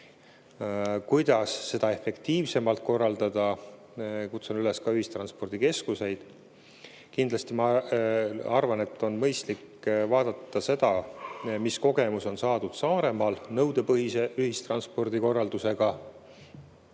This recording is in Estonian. paremini, efektiivsemalt korraldada. Kutsun selleks üles ka ühistranspordikeskuseid. Kindlasti, ma arvan, on mõistlik vaadata seda, mis kogemus on saadud Saaremaal nõudepõhise ühistranspordi korraldamisel.